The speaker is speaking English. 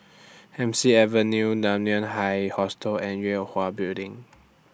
Hemsley Avenue Dunman High Hostel and Yue Hwa Building